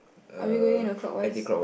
are we going on the clockwise